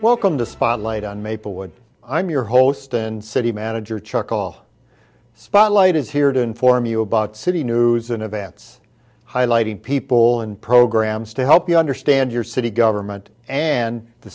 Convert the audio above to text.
welcome to spotlight on maplewood i'm your host and city manager chuckle spotlight is here to inform you about city news and events highlighting people and programs to help you understand your city government and the